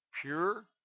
pure